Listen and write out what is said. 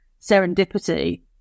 serendipity